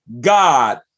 God